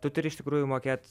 tu turi iš tikrųjų mokėt